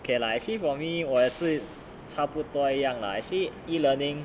okay lah actually for me 我也是差不多一样 lah actually e-learning